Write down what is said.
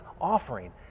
offering